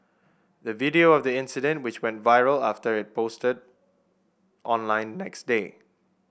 the video of the incident which went viral after it posted online next day